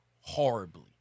horribly